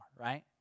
right